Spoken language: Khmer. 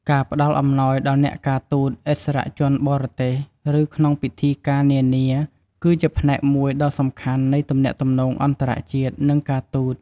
ការផ្តល់អំណោយដល់អ្នកការទូត ឥស្សរជនបរទេស ឬក្នុងពិធីការនានា គឺជាផ្នែកមួយដ៏សំខាន់នៃទំនាក់ទំនងអន្តរជាតិ និងការទូត។